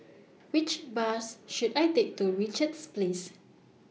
Which Bus should I Take to Richards Place